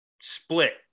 split